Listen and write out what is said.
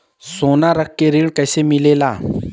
सोना रख के ऋण कैसे मिलेला?